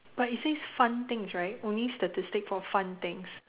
but it says fun things right only statistics for fun things